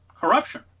corruption